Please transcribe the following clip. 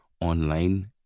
online